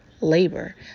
labor